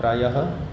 प्रायः